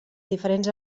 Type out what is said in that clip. diferents